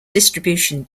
distribution